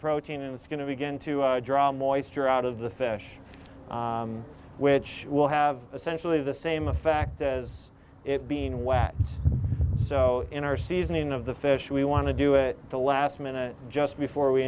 protein and it's going to begin to draw moisture out of the fish which will have essentially the same effect as it being wet so in our seasoning of the fish we want to do it the last minute just before we